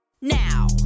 now